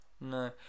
no